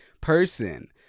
person